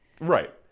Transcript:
right